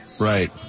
right